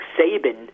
Saban